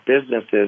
businesses